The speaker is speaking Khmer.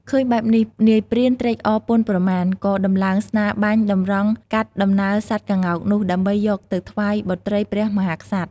ឃើញបែបនេះ នាយព្រានត្រេកអរពន់ប្រមាណ ក៏ដំឡើងស្នាបាញ់តម្រង់កាត់ដំណើរសត្វក្ងោកនោះដើម្បីយកទៅថ្វាយបុត្រីព្រះមហាក្សត្រ។